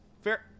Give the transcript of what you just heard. fair